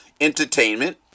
entertainment